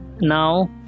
now